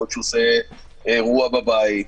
יכול להיות שהוא עושה אירוע בבית,